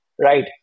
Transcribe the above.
Right